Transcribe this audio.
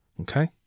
Okay